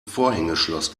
vorhängeschloss